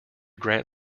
grant